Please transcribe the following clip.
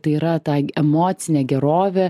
tai yra ta emocinė gerovė